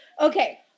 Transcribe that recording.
Okay